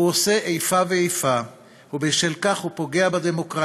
הוא עושה איפה ואיפה, ובשל כך הוא פוגע בדמוקרטיה.